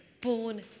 born